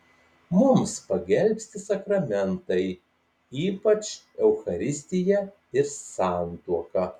mums pagelbsti sakramentai ypač eucharistija ir santuoka